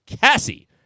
Cassie